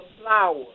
flower